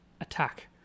attack